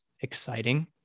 exciting